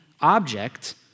object